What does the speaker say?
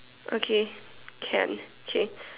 okay can okay